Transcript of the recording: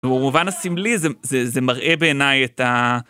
במובן הסמלי זה מראה בעיניי את ה...